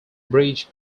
bridge